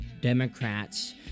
Democrats